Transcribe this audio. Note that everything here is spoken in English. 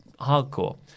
hardcore